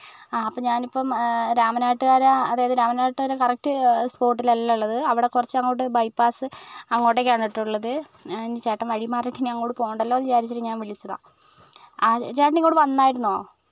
അപ്പം ഞാനിപ്പം രാമനാട്ടുകര അതായത് രാമനാട്ടുകര കറക്റ്റ് സ്പോട്ടിലല്ല ഉള്ളത് അവിടെ കുറച്ച് അങ്ങോട്ട് ബൈപ്പാസ് അങ്ങോട്ടേക്കാണ് കേട്ടോ ഉള്ളത് ചേട്ടൻ വഴി മാറിയിട്ട് ഇനി അങ്ങോട്ട് പോകണ്ടല്ലോ എന്ന് വിചാരിച്ച് ഞാൻ വിളിച്ചതാണ് ചേട്ടൻ ഇങ്ങോട്ട് വന്നായിരുന്നോ